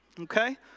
Okay